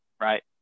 Right